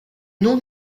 noms